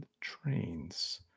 Trains